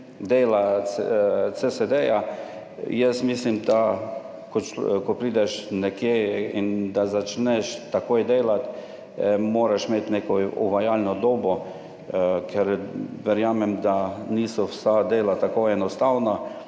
dela CSD, jaz mislim, da ko prideš nekje in da začneš takoj delati, moraš imeti neko uvajalno dobo, ker verjamem, da niso vsa dela tako enostavna,